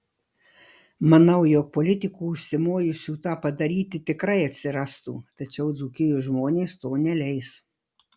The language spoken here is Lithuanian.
manau jog politikų užsimojusių tą padaryti tikrai atsirastų tačiau dzūkijos žmonės to neleis